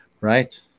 Right